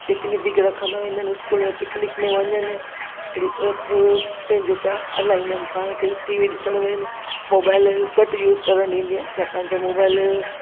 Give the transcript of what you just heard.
picnic बि रखंदा वेंदा आहिनि स्कूल में पिकनिक में वञनि अहिड़ी तरफ़ पंहिंजो पियां हलाईंदा आहिनि पाण खे टी वी ॾिसणु वञनि मोबाइल घटि यूज़ करणु ॾींदी आहिनि छाकाणि त मोबाइल